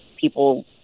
people